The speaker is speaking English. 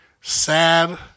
sad